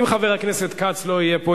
אם חבר הכנסת כץ לא יהיה פה,